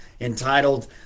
entitled